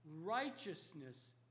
righteousness-